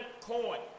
coin